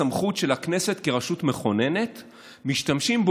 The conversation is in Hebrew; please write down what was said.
משטר פרלמנטרי,